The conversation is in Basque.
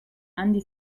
handi